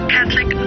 Catholic